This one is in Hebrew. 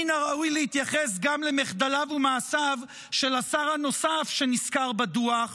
מן הראוי להתייחס גם למחדליו ומעשיו של השר הנוסף שנזכר בדוח,